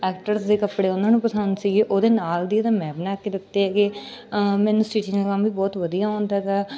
actors ਦੇ ਕੱਪੜੇ ਉਹਨਾਂ ਨੂੰ ਪਸੰਦ ਸੀਗੇ ਉਹਦੇ ਨਾਲ ਦੇ ਹੀ ਮੈਂ ਬਣਾ ਕੇ ਦਿੱਤੇ ਹੈਗੇ ਮੈਨੂੰ ਸਟੀਚਿੰਗ ਦਾ ਕੰਮ ਵੀ ਬਹੁਤ ਵਧੀਆ ਆਉਂਦਾ ਗਾ